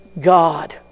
God